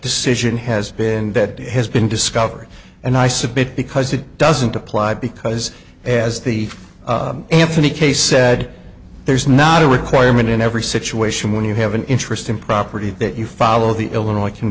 decision has been that has been discovered and i submit because it doesn't apply because as the anthony case said there's not a requirement in every situation when you have an interesting property that you follow the illinois c